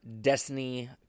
Destiny